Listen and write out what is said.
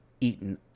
eaten